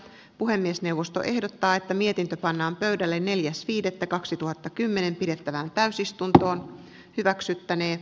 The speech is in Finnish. puhemiesneuvosto ehdottaa että mietintö pannaan pöydälle neljäs viidettä kaksituhattakymmenen pidettävään täysistuntoon hyväksyttänee